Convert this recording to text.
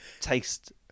taste